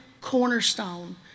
cornerstone